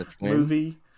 movie